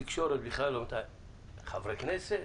תקשורת בכלל חברי כנסת?